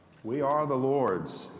we are the lords.